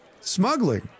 smuggling